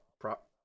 prop